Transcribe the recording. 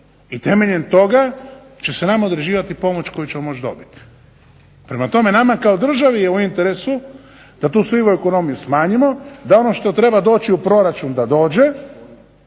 i temeljem toga će se nama određivati pomoć koju ćemo moći dobiti. Prema tome, nama kao državi je u interesu da tu sivu ekonomiju smanjimo, da ono što treba doći u proračun da dođe